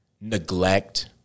neglect